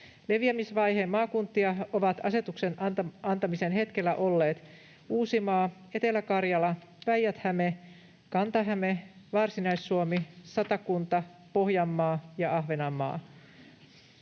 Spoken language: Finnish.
Leviämisvaiheen maakuntia ovat asetuksen antamisen hetkellä olleet Uusimaa, Etelä-Karjala, Päijät-Häme, Kanta-Häme, Varsinais-Suomi, Satakunta, Pohjanmaa ja Ahvenanmaa.